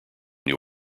new